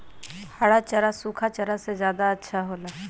हरा चारा सूखा चारा से का ज्यादा अच्छा हो ला?